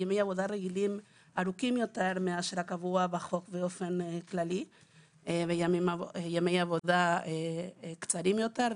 רגילים ארוכים יותר מאשר הקבוע בחוק באופן כללי בימי עבודה קצרים יותר,